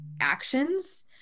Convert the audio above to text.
actions